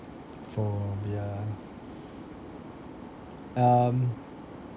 phobia um